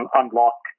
unlock